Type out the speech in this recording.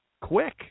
quick